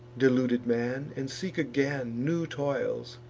deluded man, and seek again new toils,